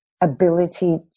ability